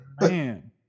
Man